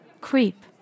Creep